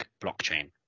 blockchain